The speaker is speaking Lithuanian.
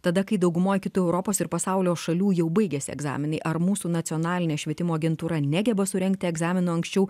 tada kai daugumoj kitų europos ir pasaulio šalių jau baigiasi egzaminai ar mūsų nacionalinė švietimo agentūra negeba surengti egzaminų anksčiau